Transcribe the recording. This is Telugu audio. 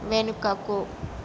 వెనుకకు